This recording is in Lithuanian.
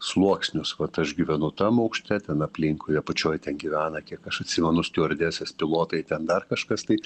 sluoksnius vat aš gyvenu tam aukšte ten aplinkui apačioj ten gyvena kiek aš atsimenu stiuardesės pilotai ten dar kažkas tai